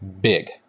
big